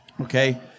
Okay